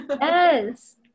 Yes